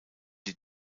die